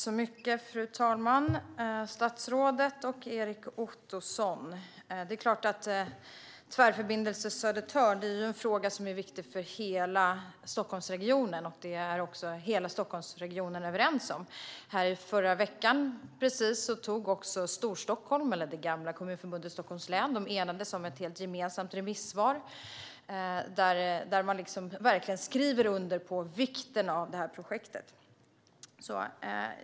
Fru talman! Statsrådet och Erik Ottoson! Det är klart att Tvärförbindelse Södertörn är en fråga som är viktig för hela Stockholmsregionen, vilket också hela Stockholmsregionen är överens om. Förra veckan enades Storsthlm, det gamla Kommunförbundet Stockholms län, om ett helt gemensamt remissvar, där man verkligen skriver under på vikten av det här projektet.